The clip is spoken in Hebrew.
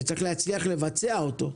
שצריך להצליח לבצע אותו.